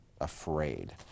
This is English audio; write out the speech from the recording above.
afraid